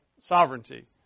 sovereignty